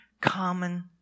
common